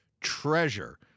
treasure